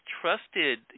trusted